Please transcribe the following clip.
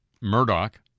Murdoch